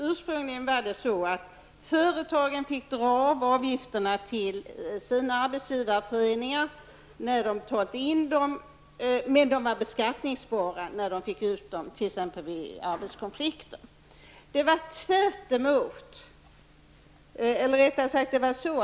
Ursprungligen fick företagen dra av avgifterna till sina arbetsgivarföreningar när de betalt in dem, men avgifterna blev beskattningsbara när företagen fick ut medlen vid t.ex. arbetskonflikter.